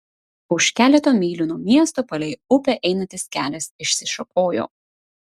už keleto mylių nuo miesto palei upę einantis kelias išsišakojo